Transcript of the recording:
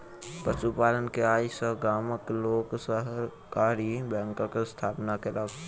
पशु पालन के आय सॅ गामक लोक सहकारी बैंकक स्थापना केलक